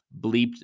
bleeped